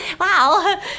wow